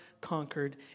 conquered